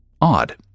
Odd